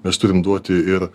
mes turim duoti ir